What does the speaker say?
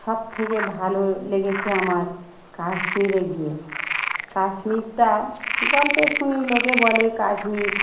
সবথেকে ভালো লেগেছে আমার কাশ্মীরে গিয়ে কাশ্মীরটা গল্পে শুনি লোকে বলে কাশ্মীর